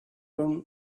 him